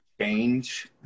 change